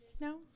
No